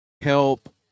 help